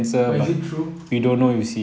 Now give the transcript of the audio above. but is it true